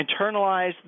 Internalize